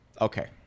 okay